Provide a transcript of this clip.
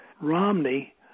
Romney